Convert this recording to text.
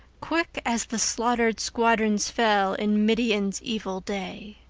quick as the slaughtered squadrons fell in midian's evil day